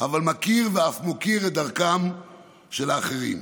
אבל מכיר ואף מוקיר את דרכם של האחרים,